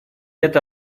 эта